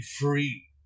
free